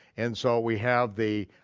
and so we have the